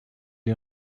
est